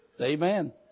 Amen